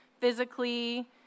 physically